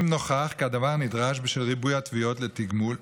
אם נוכח כי הדבר נדרש בשל ריבוי התביעות לתגמול